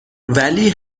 ولی